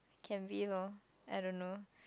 can be lor I don't know